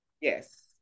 Yes